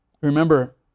Remember